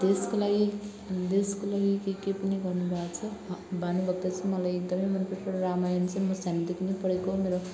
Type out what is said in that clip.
देशको लागि देशको लागि के के पनि गर्नु भएको छ भानुभक्त चाहिँ मलाई एकदम मन पर्छ रामायण चाहिँ म सानैदेखि नै पढेको हो मेरो